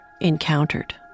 encountered